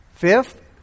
Fifth